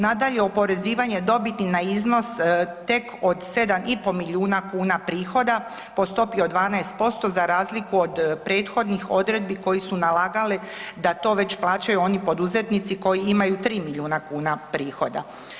Nadalje, oporezivanje dobiti na iznos tek od 7,5 milijuna kuna prihoda po stopi od 12% za razliku od prethodnih odredbi koji su nalagali da to već plaćaju oni poduzetnici koji imaju 3 milijuna kuna prihoda.